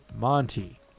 Monty